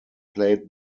played